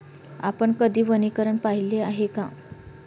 आपण कधी वनीकरण पाहिले आहे का?